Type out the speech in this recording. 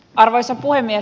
arvoisa puhemies